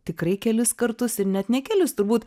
tikrai kelis kartus ir net ne kelis turbūt